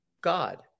God